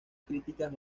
críticas